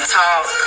talk